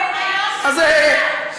יואב,